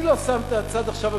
אני לא שם עכשיו את הצד המדיני,